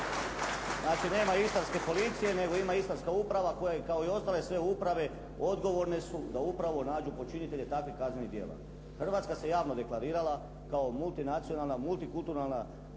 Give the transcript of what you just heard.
Znači nema istarske policije nego ima istarska uprava koja kao i ostale sve uprave odgovorne su da upravo nađu počinitelje takvih kaznenih djela. Hrvatska se javno deklarirala kao multinacionalna, multikulturalna